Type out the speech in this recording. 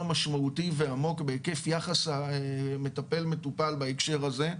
משמעותי ועמוק בהיקף יחס מטפל-מטופל בהקשר הזה,